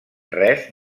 res